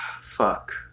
Fuck